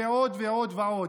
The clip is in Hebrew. ועוד ועוד ועוד.